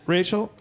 Rachel